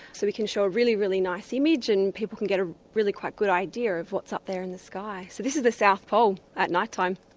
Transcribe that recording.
so we can show a really, really nice image, and people can get a really quite good idea of what's up there in sky. so this is the south pole at night time.